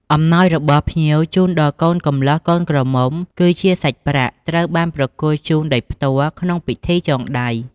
អំណោយរបស់ភ្ញៀវ ជូនដល់កូនកម្លោះកូនក្រមុំគឺជាសាច់ប្រាក់ ត្រូវបានប្រគល់ជូនដោយផ្ទាល់ក្នុងពិធីចងដៃ។